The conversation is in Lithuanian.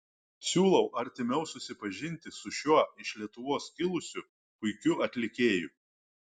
siūlau artimiau susipažinti su šiuo iš lietuvos kilusiu puikiu atlikėju